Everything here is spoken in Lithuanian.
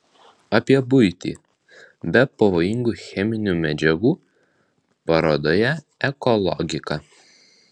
apie buitį be pavojingų cheminių medžiagų parodoje eko logika